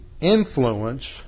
influence